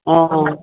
অঁ অঁ